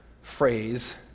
phrase